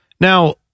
Now